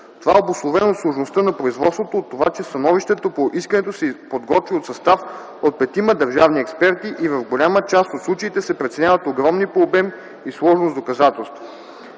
Това е обусловено от сложността на производството, от това, че становището по искането се подготвя от състав от петима държавни експерти и в голяма част от случаите се преценяват огромни по обем и сложност доказателства.